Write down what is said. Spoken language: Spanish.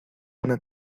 una